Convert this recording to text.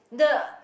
the